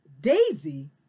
Daisy